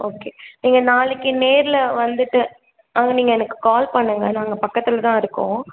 okay நீங்கள் நாளைக்கு நேரில் வந்துட்டு வந்து நீங்கள் எனக்கு கால் பண்ணுங்க நாங்கள் பக்கத்தில் தான் இருக்கோம்